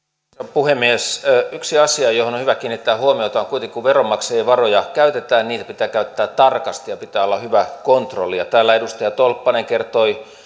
puhemies yksi asia johon on hyvä kiinnittää huomioita on kuitenkin kun veronmaksajien varoja käytetään että niitä pitää käyttää tarkasti ja pitää olla hyvä kontrolli täällä edustaja tolppanen kertoi